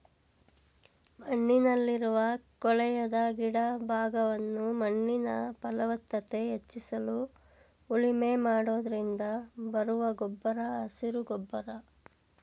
ಮಣ್ಣಲ್ಲಿರುವ ಕೊಳೆಯದ ಗಿಡ ಭಾಗವನ್ನು ಮಣ್ಣಿನ ಫಲವತ್ತತೆ ಹೆಚ್ಚಿಸಲು ಉಳುಮೆ ಮಾಡೋದ್ರಿಂದ ಬರುವ ಗೊಬ್ಬರ ಹಸಿರು ಗೊಬ್ಬರ